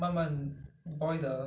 so you just want